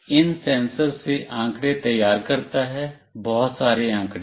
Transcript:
यह इन सेंसर से आंकड़े तैयार करता है बहुत सारे आंकड़े